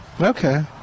Okay